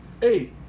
hey